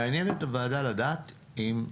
מעניין את הוועדה לדעת האם התפיסה,